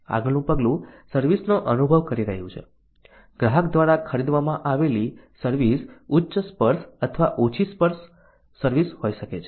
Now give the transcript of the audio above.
આગળનું પગલું સર્વિસ નો અનુભવ કરી રહ્યું છે ગ્રાહક દ્વારા ખરીદવામાં આવેલી સર્વિસ ઉચ્ચ સ્પર્શ અથવા ઓછી સ્પર્શ સર્વિસ હોઈ શકે છે